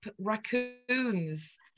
Raccoons